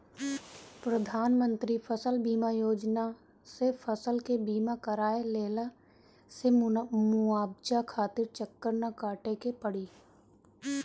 प्रधानमंत्री फसल बीमा योजना से फसल के बीमा कराए लेहला से मुआवजा खातिर चक्कर ना काटे के पड़ी